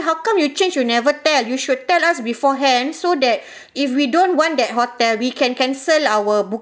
how come you change you never tell you should tell us beforehand so that if we don't want that hotel we can cancel our booking